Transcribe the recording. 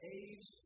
age